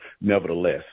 nevertheless